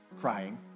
crying